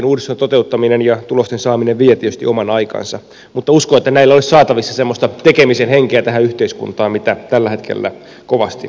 näitten uudistusten toteuttaminen ja tulosten saaminen vie tietysti oman aikansa mutta uskon että näillä olisi saatavissa semmoista tekemisen henkeä tähän yhteiskuntaan mitä tällä hetkellä kovasti tarvitaan